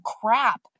crap